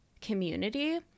community